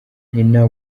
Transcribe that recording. nyina